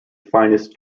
finest